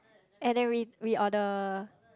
and then we we order